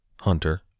Hunter